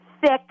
thick